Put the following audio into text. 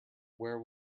where